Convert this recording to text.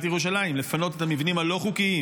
ירושלים לפנות את המבנים הלא-חוקיים,